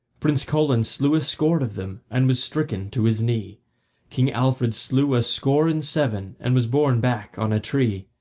prince colan slew a score of them, and was stricken to his knee king alfred slew a score and seven and was borne back on a tree.